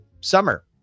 summer